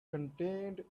contained